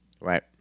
Right